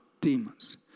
demons